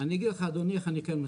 אני אגיד לך, אדוני, איך אני כן משפיע,